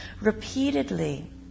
repeatedly